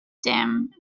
dim